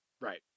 Right